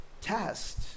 test